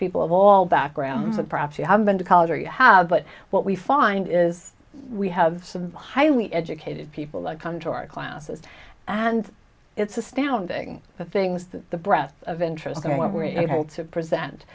people of all backgrounds and perhaps you haven't been to college or you have but what we find is we have some highly educated people that come to our classes and it's astounding the things that the breath of interest in what we're able to present